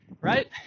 right